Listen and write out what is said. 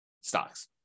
stocks